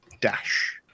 dash